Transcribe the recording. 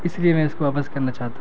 اس لیے میں اس کو وپس کرنا چاہتا ہوں